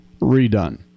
redone